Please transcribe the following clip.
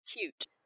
cute